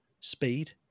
Speed